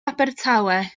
abertawe